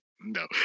no